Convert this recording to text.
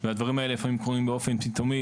והדברים האלה לפעמים קורים באופן פתאומי,